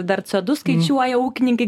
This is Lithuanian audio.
dar skaičiuoja ūkininkai